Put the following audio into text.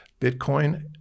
Bitcoin